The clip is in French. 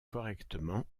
correctement